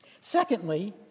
Secondly